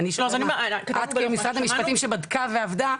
את כמשרד המשפטים שעבדה ובדקה,